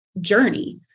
journey